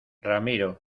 ramiro